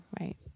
right